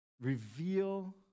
reveal